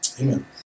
Amen